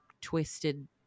twisted